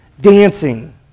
dancing